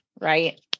right